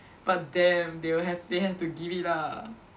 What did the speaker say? but damn they will have they have to give it lah